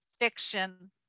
fiction